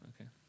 Okay